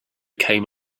came